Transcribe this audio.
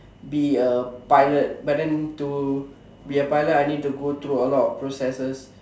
be a pilot but then to be a pilot I need to go through a lot of processes